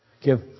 Give